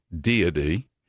deity